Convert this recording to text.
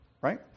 right